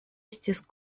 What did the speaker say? estis